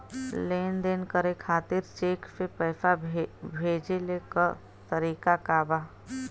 लेन देन करे खातिर चेंक से पैसा भेजेले क तरीकाका बा?